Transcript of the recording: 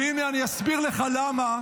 והינה אני אסביר לך למה,